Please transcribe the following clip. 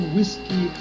Whiskey